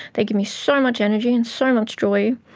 they give me so much energy and so much joy.